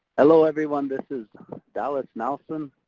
hello everyone, this is dallas nelson.